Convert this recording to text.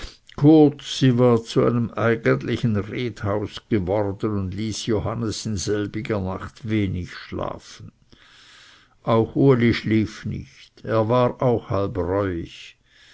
sie war zu einem eigentlichen redhaus geworden und ließ johannes in selber nacht wenig schlafen auch uli schlief nicht er war auch halb reuig